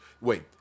wait